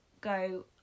go